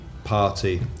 Party